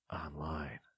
online